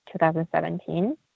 2017